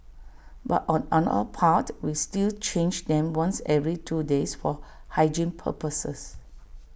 but on our part we still change them once every two days for hygiene purposes